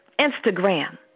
Instagram